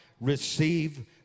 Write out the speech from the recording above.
receive